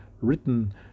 written